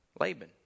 Laban